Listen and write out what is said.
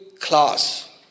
class